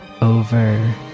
over